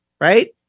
right